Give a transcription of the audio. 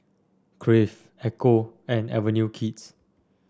Crave Ecco and Avenue Kids